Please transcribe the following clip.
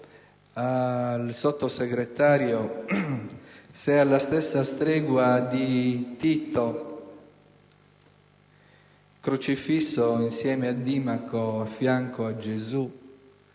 al Sottosegretario se alla stessa stregua di Tito, crocifisso insieme a Dimaco a fianco a Gesù,